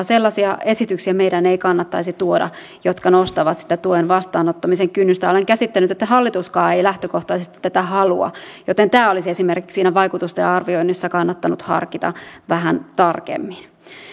sellaisia esityksiä meidän ei kannattaisi tuoda jotka nostavat sitä työn vastaanottamisen kynnystä olen käsittänyt että hallituskaan ei lähtökohtaisesti tätä halua joten tämä olisi esimerkiksi siinä vaikutusten arvioinnissa kannattanut harkita vähän tarkemmin